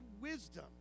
wisdom